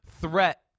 threat